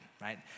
right